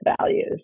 values